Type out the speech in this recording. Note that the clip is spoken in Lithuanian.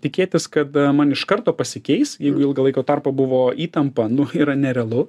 tikėtis kad man iš karto pasikeis jeigu ilgą laiko tarpą buvo įtampa nu yra nerealu